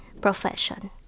profession